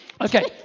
Okay